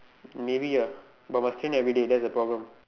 maybe ah but must train everyday that's the problem